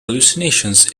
hallucinations